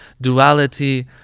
duality